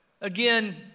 Again